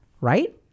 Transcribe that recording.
right